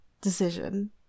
Decision